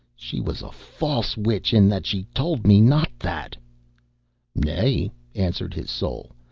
she was a false witch in that she told me not that nay, answered his soul,